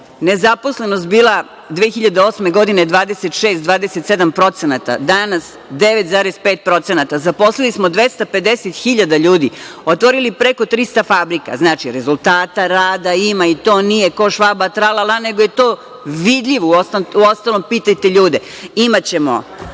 ne. Nezaposlenost je bila 2008. godine 26%, 27%. Danas je 9,5%. Zaposlili smo 250.000 ljudi, otvorili preko 300 fabrika. Znači, rezultata rada ima i to nije ko Švaba tralala, nego je to vidljivo. Uostalom, pitajte ljude. Imaćemo